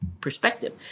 perspective